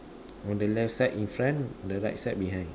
on the left side in front the right side behind